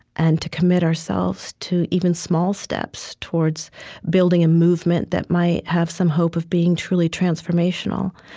and to commit ourselves to even small steps towards building a movement that might have some hope of being truly transformational.